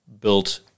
built